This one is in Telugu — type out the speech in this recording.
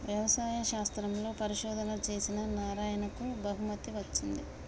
వ్యవసాయ శాస్త్రంలో పరిశోధనలు చేసిన నారాయణకు బహుమతి వచ్చింది